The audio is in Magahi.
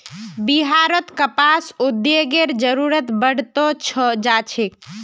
बिहारत कपास उद्योगेर जरूरत बढ़ त जा छेक